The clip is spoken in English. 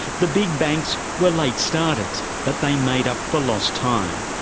the big banks were late starters, but they made up for lost time.